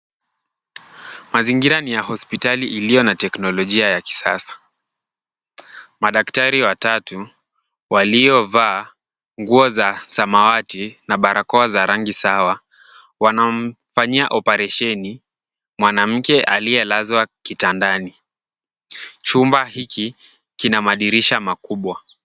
Mazingira ni ya hospitali iliyo na teknolojia ya kisasa. Madaktari watatu waliovaa nguo za samawati na barakoa za rangi sawa, wanamfanyia oparesheni mwanamke aliyelazwa kitandani. Chumba hiki kina madirisha makubwa.